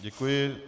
Děkuji.